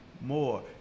more